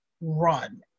run